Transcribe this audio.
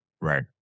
Right